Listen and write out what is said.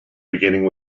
beginning